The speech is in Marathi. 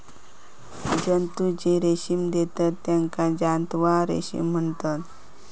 जंतु जे रेशीम देतत तेका जांतव रेशीम म्हणतत